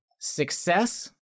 success